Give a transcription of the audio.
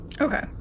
Okay